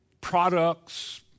products